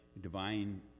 divine